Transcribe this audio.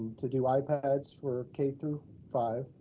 to do ipads for k through five,